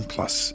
Plus